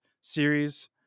series